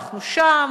אנחנו שם,